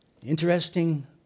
Interesting